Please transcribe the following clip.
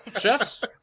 Chefs